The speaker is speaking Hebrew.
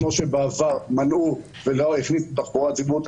כמו שבעבר מנעו ולא הכניסו תחבורה ציבורית,